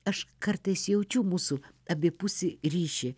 aš kartais jaučiu mūsų abipusį ryšį